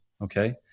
Okay